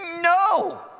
No